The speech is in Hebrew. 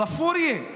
ספוריה,